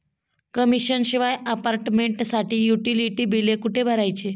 Commission शिवाय अपार्टमेंटसाठी utility बिले कुठे भरायची?